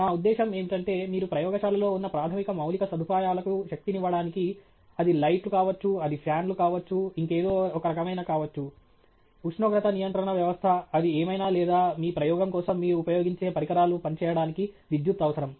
నా ఉద్దేశ్యం ఏమిటంటే మీరు ప్రయోగశాలలో ఉన్న ప్రాథమిక మౌలిక సదుపాయాలకు శక్తినివ్వడానికి అది లైట్లు కావచ్చు అది ఫ్యాన్ లు కావచ్చు ఇంకేదో ఒక రకమైనది కావచ్చు ఉష్ణోగ్రత నియంత్రణ వ్యవస్థ అది ఏమైనా లేదా మీ ప్రయోగం కోసం మీరు ఉపయోగించే పరికరాలు పనిచేయడానికి విద్యుత్ అవసరం